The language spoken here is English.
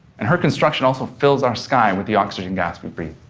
and her construction also fills our sky with the oxygen gas we breathe,